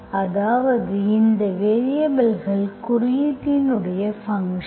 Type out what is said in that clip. அதாவது இது வேரியபல்கள் குறியீட்டின் ஃபங்க்ஷன்